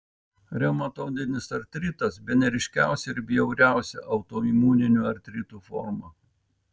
reumatoidinis artritas bene ryškiausia ir bjauriausia autoimuninių artritų forma